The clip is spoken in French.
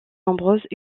nombreuses